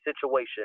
situation